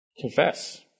Confess